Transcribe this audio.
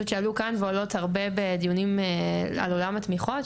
שעלו כאן ועולות הרבה בדיונים בעולם התמיכות,